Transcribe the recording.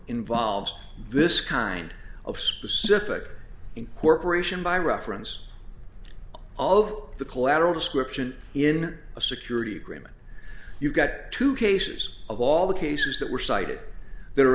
involves this kind of specific incorporation by reference all of the collateral description in a security agreement you've got two cases of all the cases that were cite